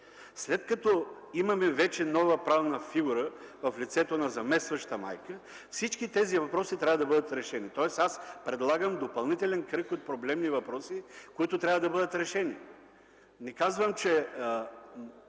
След като имаме нова правна фигура в лицето на заместващата майка, всички тези въпроси трябва да бъдат решени, тоест предлагам допълнителен кръг от проблемни въпроси, които трябва да бъдат решени. Не казвам, че